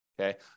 okay